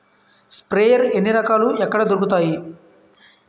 Sprayer ఎన్ని రకాలు? ఎక్కడ దొరుకుతాయి?